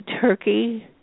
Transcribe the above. Turkey